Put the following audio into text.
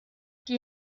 die